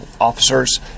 officers